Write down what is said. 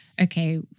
okay